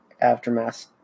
aftermath